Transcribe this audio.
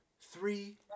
three